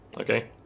Okay